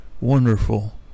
wonderful